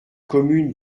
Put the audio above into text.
commune